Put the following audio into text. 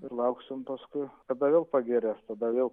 ir lauksim paskui kada vėl pagerės tada vėl